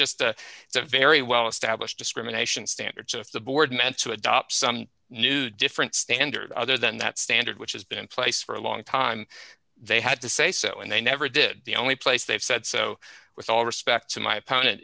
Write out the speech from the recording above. just a it's a very well established discrimination standard so if the board meant to adopt some new different standard other than that standard which has been in place for a long time they had to say so and they never did the only place they've said so with all respect to my opponent